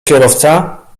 kierowca